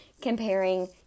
comparing